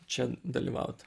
čia dalyvaut